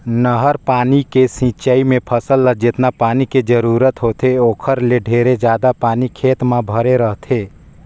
नहर पानी के सिंचई मे फसल ल जेतना पानी के जरूरत होथे ओखर ले ढेरे जादा पानी खेत म भरे रहथे